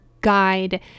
guide